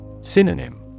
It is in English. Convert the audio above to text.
Synonym